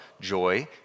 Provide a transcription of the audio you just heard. joy